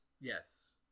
Yes